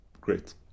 great